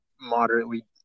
moderately